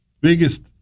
biggest